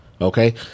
okay